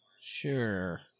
Sure